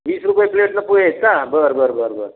वीस रुपये प्लेटला पोहे आहेत का बरं बरं बरं बरं